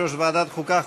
יושב-ראש ועדת החוקה,